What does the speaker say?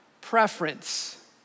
preference